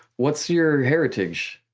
what's your heritage?